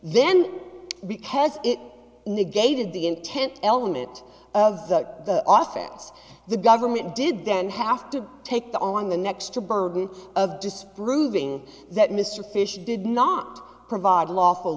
then because it negated the intent element of the office the government did then have to take that on the next to burden of disproving that mr fyshe did not provide lawful